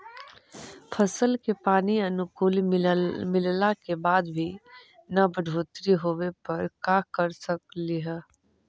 फसल के पानी अनुकुल मिलला के बाद भी न बढ़ोतरी होवे पर का कर सक हिय?